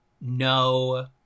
no